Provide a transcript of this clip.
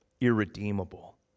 irredeemable